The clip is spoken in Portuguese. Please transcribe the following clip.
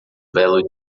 belo